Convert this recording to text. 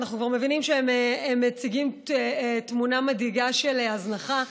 אנחנו כבר מבינים שהם מציגים תמונה מדאיגה של הזנחה,